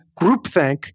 groupthink